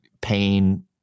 pain